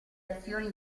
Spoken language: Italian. azioni